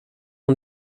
ans